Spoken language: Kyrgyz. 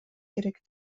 керек